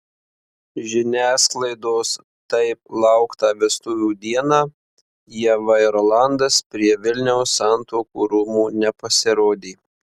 žiniasklaidos taip lauktą vestuvių dieną ieva ir rolandas prie vilniaus santuokų rūmų nepasirodė